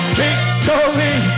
victory